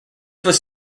was